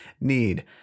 need